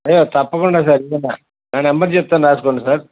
అయ్యో తప్పకుండా సార్ నా నంబర్ చెప్తా రాసుకోండి సార్